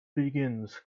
begins